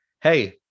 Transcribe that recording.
hey